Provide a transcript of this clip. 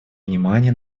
внимание